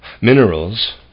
Minerals